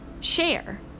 share